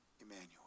Emmanuel